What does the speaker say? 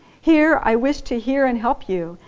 here i wish to hear and help you,